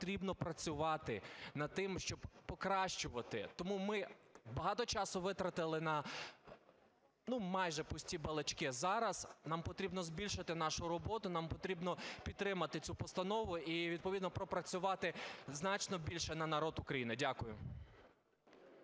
потрібно працювати над тим, щоб покращувати. Тому ми багато часу витратили на майже пусті балачки. Зараз нам потрібно збільшити нашу роботу, нам потрібно підтримати цю постанову і відповідно пропрацювати значно більше на народ України. Дякую.